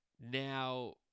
Now